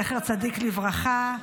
זכר צדיק לברכה,